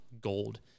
gold